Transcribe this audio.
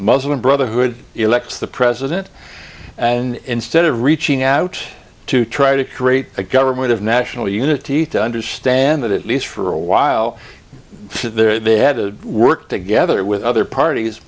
muslim brotherhood elects the president and instead of reaching out to try to create a government of national unity to understand that at least for a while there they had to work together with other